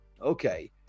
okay